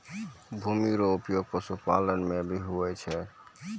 भूमि रो उपयोग पशुपालन मे भी हुवै छै